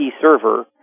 server